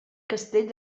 castell